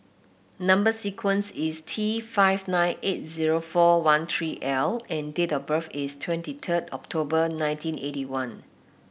number sequence is T five nine eight zero four one three L and date of birth is twenty third October nineteen eighty one